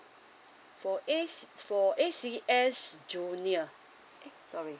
for A~ for A_C_S junior eh sorry